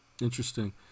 Interesting